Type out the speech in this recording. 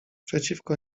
przeciwko